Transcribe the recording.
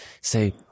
say